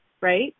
right